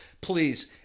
please